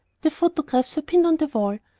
the photographs were pinned on the wall,